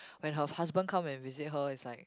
when her husband come and visit her is like